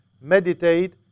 meditate